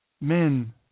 men